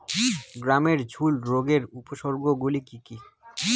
গমের ঝুল রোগের উপসর্গগুলি কী কী?